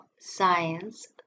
science